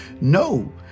No